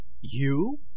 You